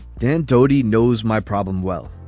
dan, dody knows my problem well.